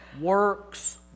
works